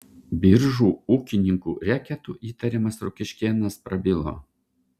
biržų ūkininkų reketu įtariamas rokiškėnas prabilo